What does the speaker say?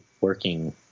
working